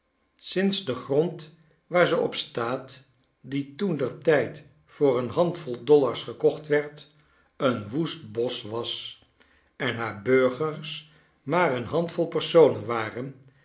sinds de grond waar ze op staat die toen ter tijd voor een handvol dollars gekocht werd een woest bosch was en haar burgers maar een handvol personen waren